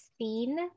seen